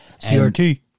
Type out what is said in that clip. CRT